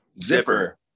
Zipper